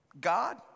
God